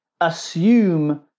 assume